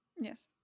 Yes